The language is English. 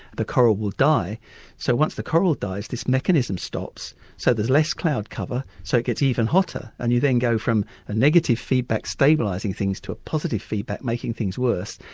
the coral will die, and so once the coral dies this mechanism stops so there's less cloud cover so gets even hotter. and you then go from a negative feedback stabilising things to a positive feedback making things worse,